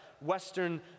Western